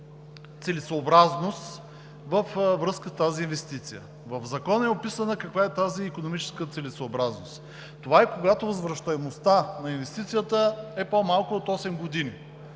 целесъобразност във връзка с тази инвестиция. В Закона е описано каква е тази икономическа целесъобразност – това е, когато възвръщаемостта на инвестицията е по-малка от 8 години.